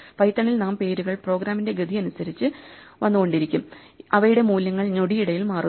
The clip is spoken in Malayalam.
പൈത്തണിൽ നാം പേരുകൾ പ്രോഗ്രാമിന്റെ ഗതി അനുസരിച്ച് വന്നു കൊണ്ടിരിക്കും അവയുടെ മൂല്യങ്ങൾ ഞൊടിയിടയിൽ മാറുന്നു